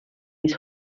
his